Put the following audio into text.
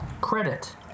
Credit